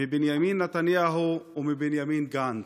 מבנימין נתניהו ומבנימין גנץ.